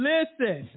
Listen